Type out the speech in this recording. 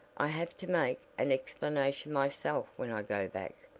i have to make an explanation myself when i go back.